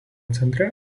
centre